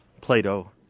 Plato